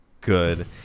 good